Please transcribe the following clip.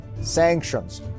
sanctions